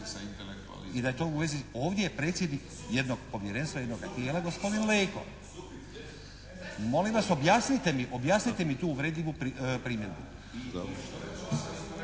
I da je to u vezi ovdje predsjednik jednog povjerenstva, jednoga tijela gospodin Leko. …/Upadica se ne čuje./… Molim vas objasnite mi tu uvredljivu primjedbu.